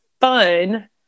fun